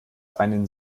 einen